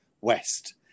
west